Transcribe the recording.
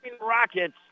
Rockets